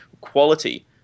quality